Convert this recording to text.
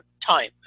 time